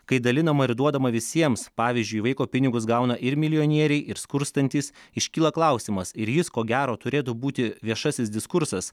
kai dalinama ir duodama visiems pavyzdžiui vaiko pinigus gauna ir milijonieriai ir skurstantys iškyla klausimas ir jis ko gero turėtų būti viešasis diskursas